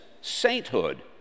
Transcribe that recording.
sainthood